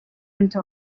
until